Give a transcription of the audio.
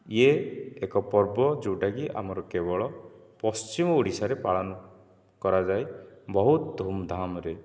ଏହା ଏକ ପର୍ବ ଯେଉଁଟାକି ଆମର କେବଳ ପଶ୍ଚିମ ଓଡ଼ିଶାରେ ପାଳନ କରାଯାଏ ବହୁତ ଧୁମଧାମରେ